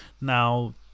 now